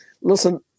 listen